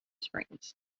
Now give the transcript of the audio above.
springs